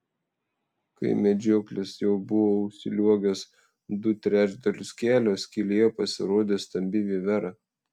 kai medžioklis jau buvo užsliuogęs du trečdalius kelio skylėje pasirodė stambi vivera